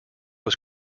was